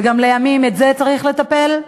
ולימים גם בזה צריך לטפל.